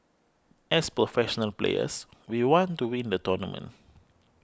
as professional players we want to win the tournament